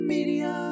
Media